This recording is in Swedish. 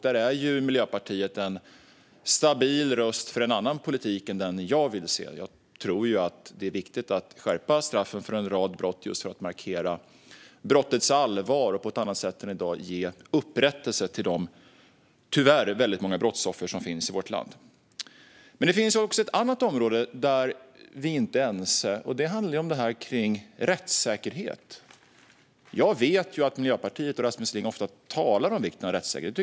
Där är Miljöpartiet en stabil röst för en annan politik än den jag vill se. Jag tror att det är viktigt att skärpa straffen för en rad brott just för att markera brottens allvar och på ett annat sätt än i dag ge upprättelse till de, tyvärr, många brottsoffer som finns i vårt land. Men det finns också ett annat område där vi inte är ense, nämligen rättssäkerhet. Jag vet att Miljöpartiet och Rasmus Ling ofta talar om vikten av rättssäkerhet.